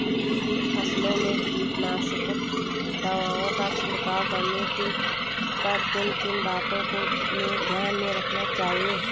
फसलों में कीटनाशक दवाओं का छिड़काव करने पर किन किन बातों को ध्यान में रखना चाहिए?